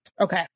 okay